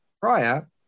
prior